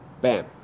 Bam